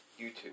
YouTube